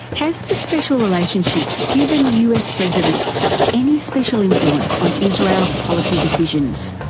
has the special relationship given us presidents any special influence on israel's policy decisions?